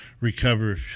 recover